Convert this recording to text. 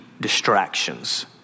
distractions